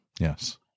Yes